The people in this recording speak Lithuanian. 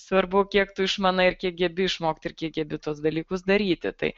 svarbu kiek tu išmanai ir kiek gebi išmokt ir kiek gebi tuos dalykus daryti tai